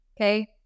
Okay